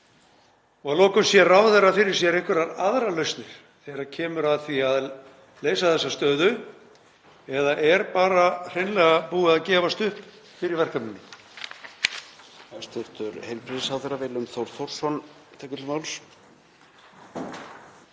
Og að lokum: Sér ráðherra fyrir sér einhverjar aðrar lausnir þegar kemur að því að leysa þessa stöðu eða er bara hreinlega búið að gefast upp fyrir verkefninu?